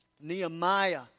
Nehemiah